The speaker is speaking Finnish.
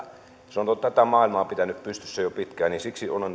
pitänyt pystyssä jo pitkään ja siksi